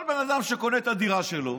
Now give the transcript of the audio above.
כל בן אדם שקונה את הדירה שלו,